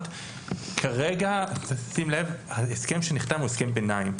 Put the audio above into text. כרגע ההסכם שנחתם הוא הסכם ביניים.